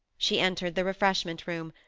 she entered the refreshment room,